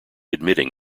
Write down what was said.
admitting